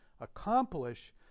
accomplish